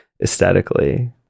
aesthetically